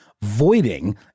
Voiding